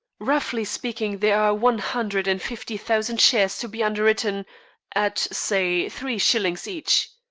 roughly speaking, there are one hundred and fifty thousand shares to be underwritten at, say, three shillings each.